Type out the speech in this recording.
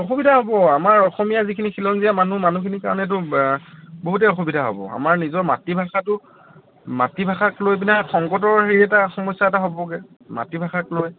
অসুবিধা হ'ব আমাৰ অসমীয়া যিখিনি খিলঞ্জীয়া মানুহ মানুহখিনিৰ কাৰণেতো বহুতেই অসুবিধা হ'ব আমাৰ নিজৰ মাতৃভাষাটো মাতৃভাষাক লৈকেনে সংকটৰ হেৰি এটা সমস্যা এটা হ'বগৈ মাতৃভাষাক লৈ